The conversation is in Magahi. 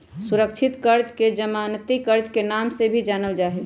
सुरक्षित कर्ज के जमानती कर्ज के नाम से भी जानल जाहई